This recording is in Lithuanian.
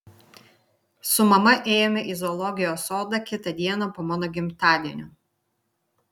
su mama ėjome į zoologijos sodą kitą dieną po mano gimtadienio